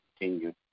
continue